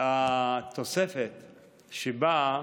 התוספת שבאה,